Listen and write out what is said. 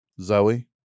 Zoe